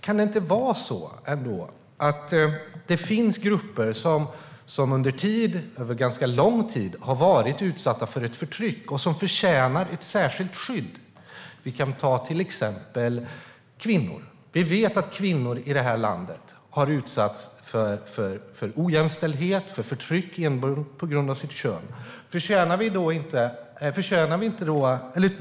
Kan det inte vara så ändå att det finns grupper som under ganska lång tid har varit utsatta för ett förtryck och som förtjänar ett särskilt skydd? Vi kan till exempel ta kvinnor. Vi vet att kvinnor i det här landet har utsatts för ojämställdhet och förtryck enbart på grund av sitt kön.